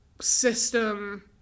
system